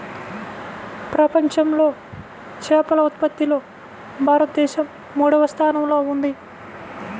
ప్రపంచంలో చేపల ఉత్పత్తిలో భారతదేశం మూడవ స్థానంలో ఉంది